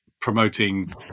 promoting